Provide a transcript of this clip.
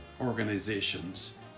organizations